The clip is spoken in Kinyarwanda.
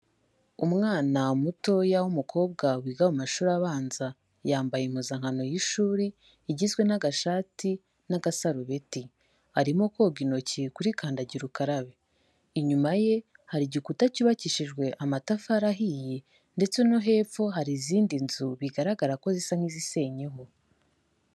Umwana mutoya w'umukobwa, wiga mu mashuri abanza. Yambaye impuzankano y'ishuri, igizwe n'agashati, n'agasarubeti. Arimo koga intoki kuri kandagira ukarabe. Inyuma ye hari igikuta cyubakishijwe amatafari ahiye, ndetse no hepfo hari izindi nzu, bigaragara ko zisa nk'izisenyeho.